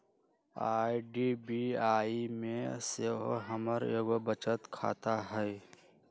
IDBI में सेहो हमर एगो बचत खता हइ